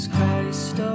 Christ